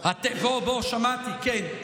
בוא, בוא, שמעתי, כן.